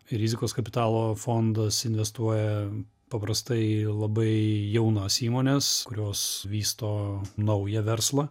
rizikos kapitalo fondas investuoja paprastai labai jaunas įmones kurios vysto naują verslą